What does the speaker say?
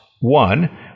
One